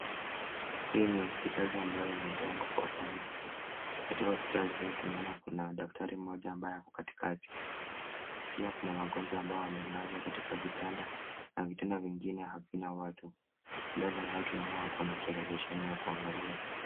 Hii ni hospitali ambayo imejengwa kwa hema. Katika hospitali hii tunaona kuna daktari mmoja ambaye ako katikati. Pia kuna wagonjwa ambao wamelazwa katika vitanda na vitanda vingine havina watu. Mbele yao tunaona wako na televisheni ya kuangalia.